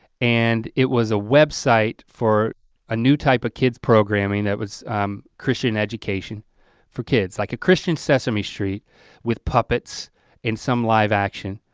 and it was a website for a new type of kids program. i mean, it was christian education for kids like a christian sesame street with puppets and some live action.